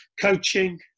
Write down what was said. coaching